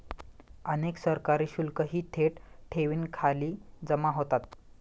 अनेक सरकारी शुल्कही थेट ठेवींखाली जमा होतात